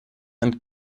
and